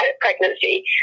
pregnancy